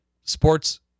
sports